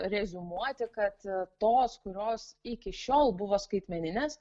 reziumuoti kad tos kurios iki šiol buvo skaitmeninės